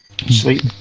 Sleep